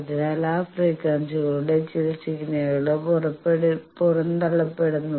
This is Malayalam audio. അതിനാൽ ആ ഫ്രീക്വൻസികളുടെ ചില സിഗ്നലുകൾ പുറന്തള്ളപ്പെടുന്നു